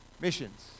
missions